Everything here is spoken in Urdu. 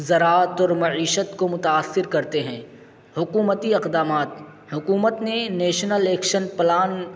ذراعت اور معیشت کو متاثر کرتے ہیں حکومتی اقدامات حکومت نے نیشنل ایکشن پلان